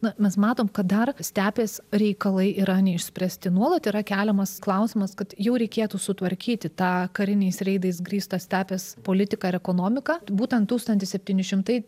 na mes matom kad dar stepės reikalai yra neišspręsti nuolat yra keliamas klausimas kad jau reikėtų sutvarkyti tą kariniais reidais grįstas stepės politiką ekonomiką būtent tūkstantis septyni šimtai